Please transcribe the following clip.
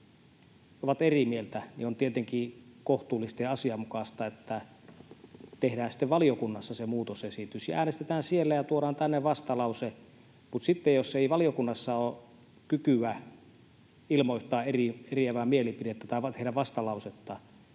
ovat eri mieltä, on tietenkin kohtuullista ja asianmukaista, että tehdään valiokunnassa se muutosesitys ja äänestetään siellä ja tuodaan tänne vastalause. Mutta jos ei valiokunnassa ole kykyä ilmoittaa eriävää mielipidettä tai tehdä vastalausetta,